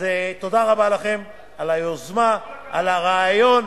אז תודה רבה לכם על היוזמה, על הרעיון,